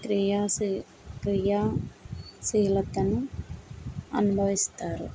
క్రియాసి క్రియా శీలతను అనుభవిస్తాడు